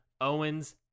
Owens